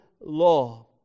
law